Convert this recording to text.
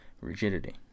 rigidity